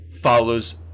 follows